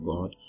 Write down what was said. God